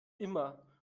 immer